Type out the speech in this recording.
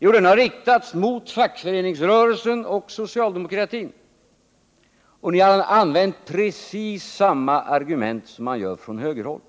Jo, det är en kamp som har riktats mot fackföreningsrörelsen och socialdemokratin, och ni har använt precis samma argument som dem man för fram från högerhåll.